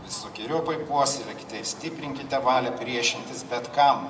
visokeriopai puoselėkite ir stiprinkite valią priešintis bet kam